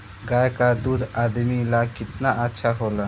गाय का दूध आदमी ला कितना अच्छा होला?